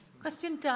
Question